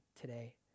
today